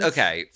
Okay